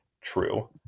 true